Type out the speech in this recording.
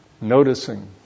Noticing